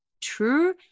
true